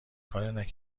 خیلی